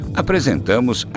apresentamos